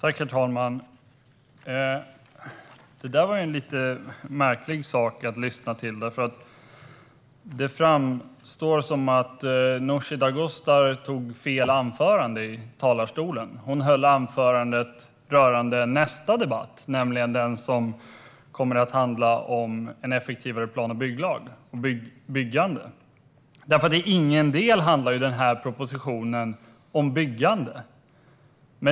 Herr talman! Det var ett lite märkligt anförande att lyssna till. Det verkar som om Nooshi Dadgostar tog fel anförande och i själva verket höll anförandet rörande nästa debatt, som kommer att handla om en effektivare plan och bygglag och om byggande. I ingen del handlar ju den här propositionen om byggande.